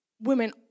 women